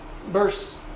Verse